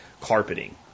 carpeting